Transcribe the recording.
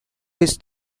his